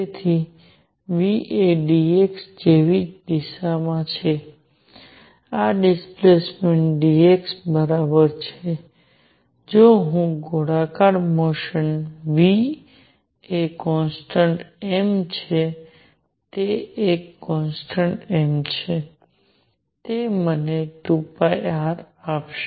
તેથી v એ dx જેવી જ દિશામાં છે આ ડિસ્પ્લેસમેન્ટ dx બરાબર છે જો કે હું ગોળાકાર મોશન v એ કોન્સટન્ટ m છે તે એક કોન્સટન્ટ m છે તે મને 2 r આપશે